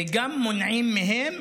וגם מונעים מהם,